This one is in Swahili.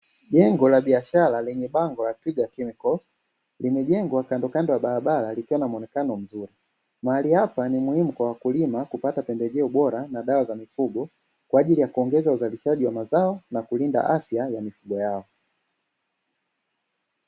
Jengo la biashara lenye bango la "Twiga chemicals" limejengwa kandokando ya barabara likiwa na muonekano mzuri, mahali hapa ni muhimu kwa wakulima kupata pembejeo bora na dawa za mifugo, kwa ajili ya kuongeza uzalishaji wa mazao na kulinda afya ya mifugo yao.